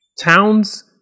Towns